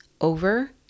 over